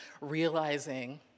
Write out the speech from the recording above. realizing